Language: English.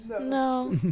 No